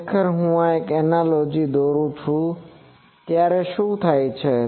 ખરેખર હું એક એનાલોજી દોરું છું ત્યારે શું થાય છે